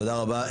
תודה רבה.